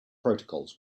protocols